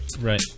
Right